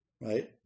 right